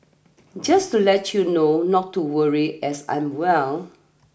just to let you know not to worry as I'm well